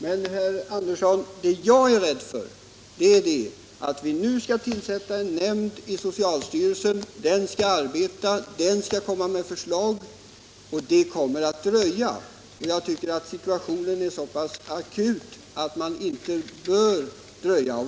Men, herr Andersson, vi skall nu tillsätta en nämnd inom socialstyrelsen. Den skall arbeta, den skall komma med förslag, men jag är rädd att det kommer att dröja. Jag tycker att situationen är så pass akut att man inte bör dröja.